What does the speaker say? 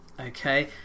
Okay